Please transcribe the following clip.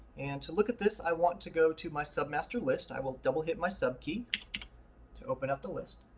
and to look at this, i want to go to my submaster list. i will double hit my sub key to open up this list.